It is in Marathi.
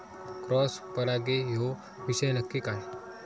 क्रॉस परागी ह्यो विषय नक्की काय?